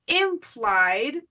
implied